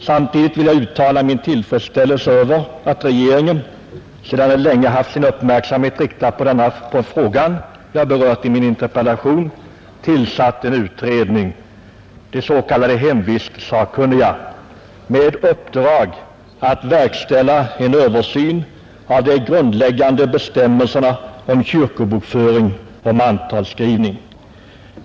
Samtidigt vill jag uttala min tillfredsställelse över att regeringen, sedan den länge haft sin uppmärksamhet riktad på den fråga jag berört i min interpellation, tillsatt en utredning, de s.k. hemvistsakkunniga, med uppdrag att verkställa en översyn av de grundläggande bestämmelserna om kyrkobokföring och mantalsskrivning.